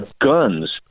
guns